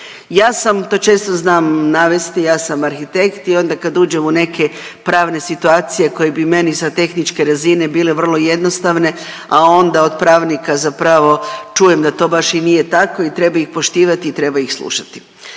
Ja sam, to često znam navesti, ja sam arhitekt i onda kad uđem u neke pravne situacije koje bi meni sa tehničke razine bile vrlo jednostavne, a onda od pravnika zapravo čujem da to baš i nije tako i treba ih poštivati i treba ih slušati.